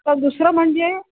तर दुसरं म्हणजे